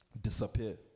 Disappear